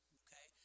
okay